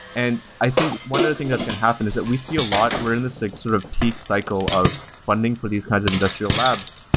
and i think one other thing that's going to happen is that we see a lot we're in this sort of heap cycle of funding for these kinds of industrial labs.